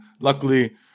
luckily